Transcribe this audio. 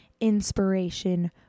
inspiration